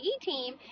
team